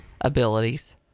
abilities